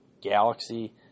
Galaxy